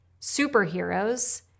Superheroes